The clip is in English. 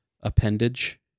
appendage